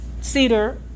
cedar